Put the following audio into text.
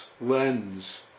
lens